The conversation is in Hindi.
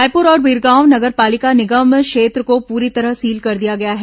रायपुर और बिरगांव नगर पालिक निगम क्षेत्र को पूरी तरह सील कर दिया गया है